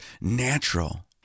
natural